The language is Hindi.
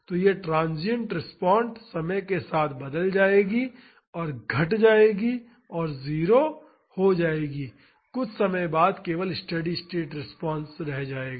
तो यह ट्रांसिएंट रिस्पांस समय के साथ बदल जाएगी और घट जाएगी और 0 हो जाएगी और कुछ समय बाद केवल स्टेडी स्टेट रिस्पांस रह जायेगा